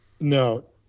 no